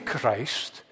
Christ